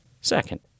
Second